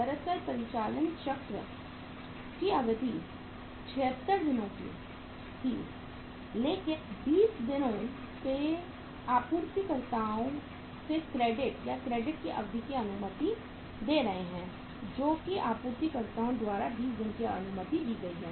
दरअसल परिचालन चक्र की अवधि 76 दिन थी लेकिन 20 दिनों से आपूर्तिकर्ता क्रेडिट या क्रेडिट अवधि की अनुमति दे रहे हैं जो आपूर्तिकर्ताओं द्वारा 20 दिनों की अनुमति है